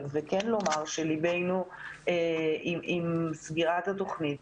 ולומר שליבנו דואב על סגירת התוכנית.